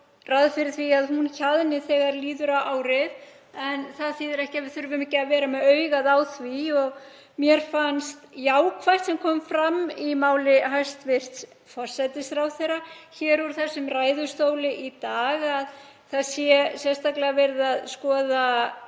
ráð fyrir því að hún hjaðni þegar líður á árið. En það þýðir ekki að við þurfum ekki að vera með augun á því og mér fannst jákvætt sem kom fram í máli hæstv. forsætisráðherra hér í þessum ræðustóli í dag að það sé sérstaklega verið að skoða